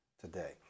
today